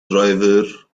driver